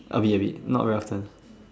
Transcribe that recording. a bit a bit not very often